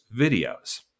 videos